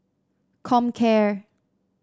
comcare